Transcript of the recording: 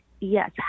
yes